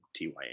tya